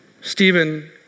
Stephen